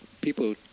people